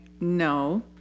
no